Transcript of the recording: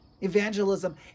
Evangelism